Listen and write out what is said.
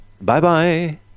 Bye-bye